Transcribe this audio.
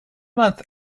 month